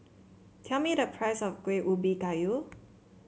tell me the price of Kueh Ubi Kayu